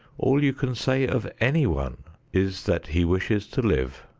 all you can say of any one is that he wishes to live,